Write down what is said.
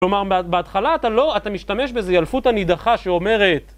כלומר בהתחלה אתה לא, אתה משתמש בזה, ילפותא נידחה שאומרת